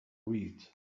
read